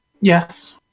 Yes